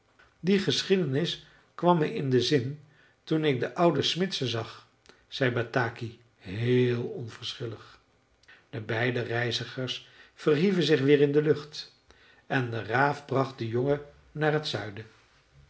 die geschiedenis kwam me in den zin toen ik de oude smidse zag zei bataki heel onverschillig de beide reizigers verhieven zich weer in de lucht en de raaf bracht den jongen naar t zuiden